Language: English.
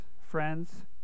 friends